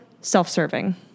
self-serving